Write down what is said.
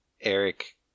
Eric